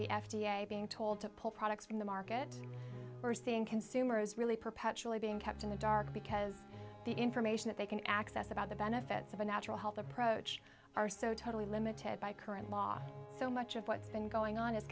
the f d a being told to pull products from the market we're seeing consumers really perpetually being kept in the dark because the information that they can access about the benefits of a natural health approach are so totally limited by current law so much of what's been going on i